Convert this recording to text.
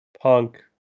punk